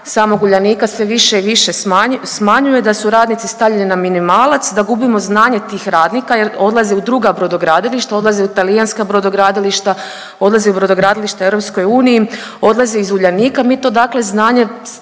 samog Uljanika sve više i više smanjuje, da su radnici stavljeni na minimalac, da gubimo znanje tih radnika jer odlaze u druga brodogradilišta, odlaze u talijanska brodogradilišta, odlaze u brodogradilišta u EU, odlaze iz Uljanika. Mi to dakle znanje